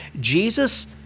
Jesus